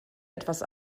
etwas